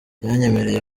yanyemereye